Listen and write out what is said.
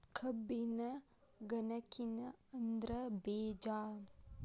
ಕಬ್ಬಿನ ಗನಕಿನ ಅದ್ರ ಬೇಜಾ